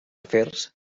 afers